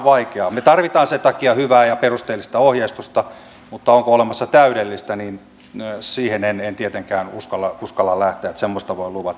me tarvitsemme sen takia hyvää ja perusteellista ohjeistusta mutta onko olemassa täydellistä siihen en tietenkään uskalla lähteä että semmoista voin luvata